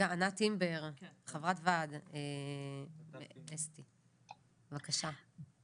ענת אימבר, חברת ועד ב"אסטי", בבקשה.